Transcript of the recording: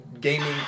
gaming